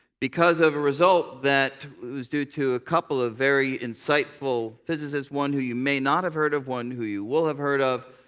because of a result that was due to a couple of very insightful physicists one who you may not have heard of, one who you will have heard of.